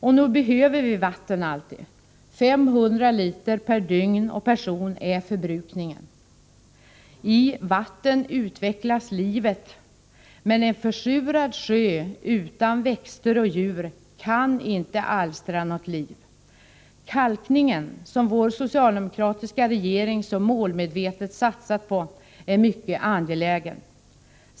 Och nog behöver vi vatten alltid, 500 liter per dygn och person är förbrukningen. I vatten utvecklas livet. Men en försurad sjö, utan växter och djur, kan inte alstra något liv. Kalkningen, som vår socialdemokratiska regering så målmedvetet satsat på, är mycket angelägen.